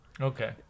Okay